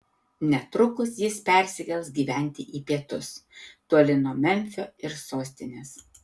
netrukus jis persikels gyventi į pietus toli nuo memfio ir sostinės